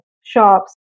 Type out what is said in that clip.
shops